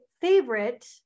favorite